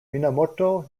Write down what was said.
minamoto